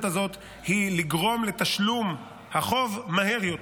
הזאת היא לגרום לתשלום החוב מהר יותר,